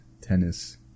tennis